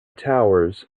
towers